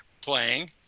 playing